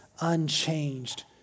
unchanged